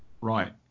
Right